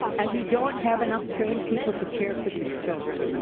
and we don't have enough caring people to care for these children.